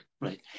right